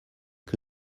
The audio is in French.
que